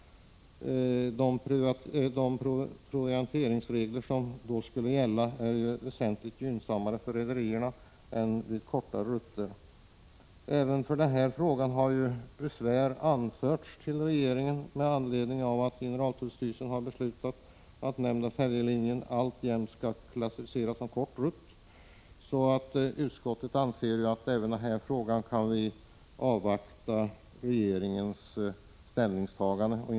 De provianteringsregler som då skulle gälla är väsentligt gynnsammare för rederierna än de som gäller vid kortare rutter. Även i denna fråga har besvär anförts till regeringen med anledning av att generaltullstyrelsen har beslutat att den nämnda färjelinjen alltjämt skall klassificeras som kort rutt. Utskottet anser att det inte finns skäl att föregripa regeringens ställningstagande.